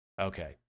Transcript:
Okay